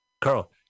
Carl